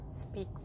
speak